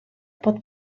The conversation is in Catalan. pot